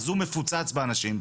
הזום מפוצץ באנשים,